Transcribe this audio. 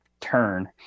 turn